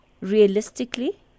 realistically